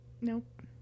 Nope